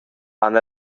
han